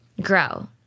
grow